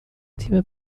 تیم